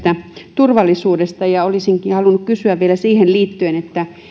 turvallisuudesta olisinkin halunnut kysyä vielä siihen liittyen että